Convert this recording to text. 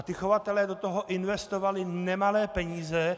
Ti chovatelé do toho investovali nemalé peníze.